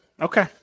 okay